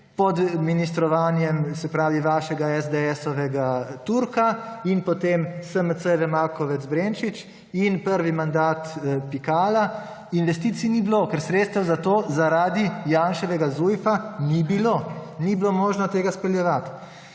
pod ministrovanjem vašega SDS-ovega Turka in potem SMC-jeve Makovec Brenčič in prvi mandat Pikala, investicij ni bilo, ker sredstva za to zaradi Janševega Zujfa ni bilo in ni bilo možno tega speljevati.